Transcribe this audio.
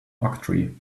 octree